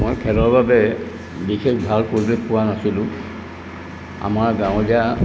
মই খেলৰ বাবে বিশেষ ভাল পৰিৱেশ পোৱা নাছিলোঁ আমাৰ গাঁৱলীয়া